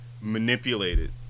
manipulated